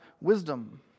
wisdom